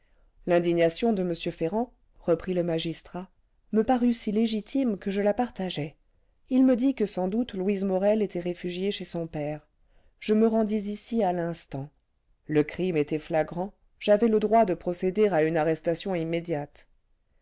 l'indignation de m ferrand reprit le magistrat me parut si légitime que je la partageai il me dit que sans doute louise morel était réfugiée chez son père je me rendis ici à l'instant le crime était flagrant j'avais le droit de procéder à une arrestation immédiate